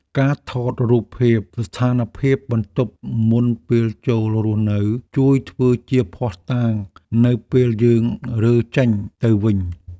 ការថតរូបភាពស្ថានភាពបន្ទប់មុនពេលចូលរស់នៅជួយធ្វើជាភស្តុតាងនៅពេលយើងរើចេញទៅវិញ។